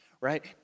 right